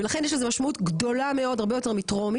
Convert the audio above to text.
ולכן יש לזה משמעות גדולה מאוד הרבה יותר מטרומית,